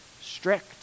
strict